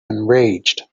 enraged